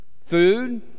food